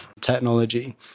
technology